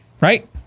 Right